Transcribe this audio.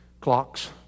clocks